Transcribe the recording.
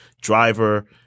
driver